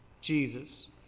Jesus